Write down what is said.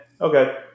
Okay